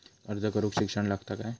अर्ज करूक शिक्षण लागता काय?